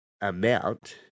Amount